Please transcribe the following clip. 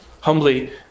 humbly